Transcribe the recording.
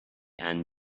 and